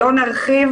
שלא נרחיב